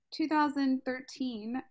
2013